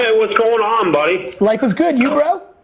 ah what's going on, buddy? life is good, you bro?